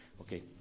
Okay